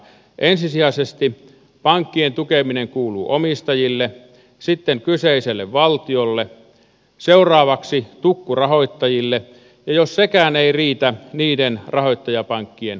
ensisijaisesti pankkien tukeminen kuuluu omistajille sitten kyseiselle valtiolle seuraavaksi tukkurahoittajille ja jos sekään ei riitä niiden rahoittajapankkien kotimaille